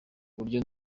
uburyo